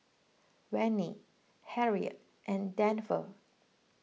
Vennie Harriet and Denver